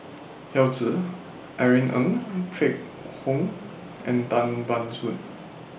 Yao Zi Irene Ng Phek Hoong and Tan Ban Soon